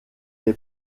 est